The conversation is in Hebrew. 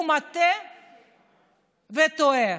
הוא מטעה וטועה.